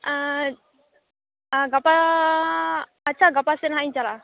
ᱜᱟᱯᱟ ᱟᱪᱪᱷᱟ ᱜᱟᱯᱟ ᱥᱮᱱ ᱦᱟᱸᱜ ᱤᱧ ᱪᱟᱞᱟᱜᱼᱟ